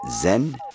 Zen